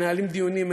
מנהלים דיונים,